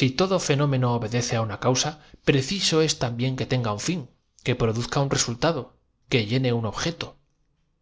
intenso por oriente en virtud de la influencia del sol que constantemente la ningún modo si todo fenómeno obedece á una causa estaba bañando por aquella parte los que hayan visto preciso es también que tenga un fin que produzca un fundirse en una marmita sustancias bituminosas ha resultado que llene un objeto